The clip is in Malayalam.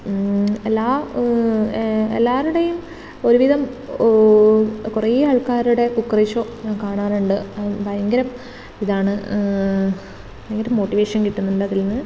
എല്ലാ എല്ലാവരുടെയും ഒരുവിധം ഓഹ് കുറേ ആൾക്കാരുടെ കുക്കറീ ഷോ ഞാൻ കാണാറുണ്ട് ഭയങ്കര ഇതാണ് ഭയങ്കര മോട്ടിവേഷൻ കിട്ടുന്നുണ്ട് അതിൽനിന്ന്